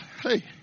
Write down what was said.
hey